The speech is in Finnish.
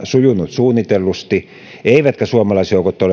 suunnitellusti eivätkä suomalaisjoukot ole kärsineet tappioita